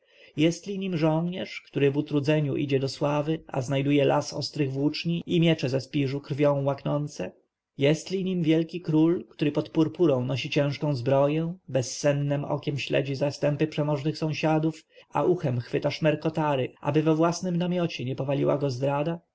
nim żołnierz który w utrudzeniu idzie do sławy a znajduje las ostrych włóczni i miecze ze śpiżu krwi łaknące jestli nim wielki król który pod purpurą nosi ciężką zbroję bezsennem okiem śledzi zastępy przemożnych sąsiadów a uchem chwyta szmer kotary aby we własnym namiocie nie powaliła go zdrada